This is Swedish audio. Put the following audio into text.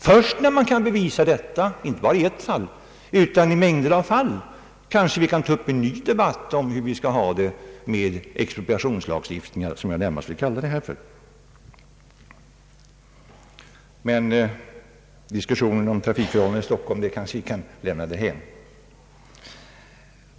Först när detta kan bevisas, inte bara i ett fall utan i mängder av fall, kan vi ta upp en ny debatt om hur vi skall ha det med en expropriationslagstiftning, som jag närmast vill kalla detta för. Men diskussionen om trafikförhållandena i Stockholm kan lämnas därhän.